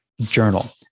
journal